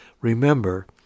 Remember